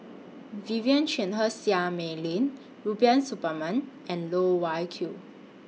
Vivien Quahe Seah Mei Lin Rubiah Suparman and Loh Wai Kiew